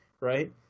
right